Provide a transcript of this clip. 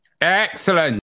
Excellent